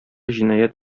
җинаять